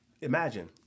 Imagine